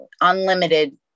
unlimited